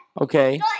Okay